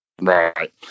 right